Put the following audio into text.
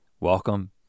welcome